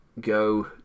go